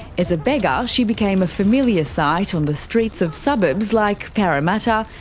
as a beggar, she became a familiar sight on the streets of suburbs like parramatta,